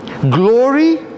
glory